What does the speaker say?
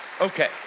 Okay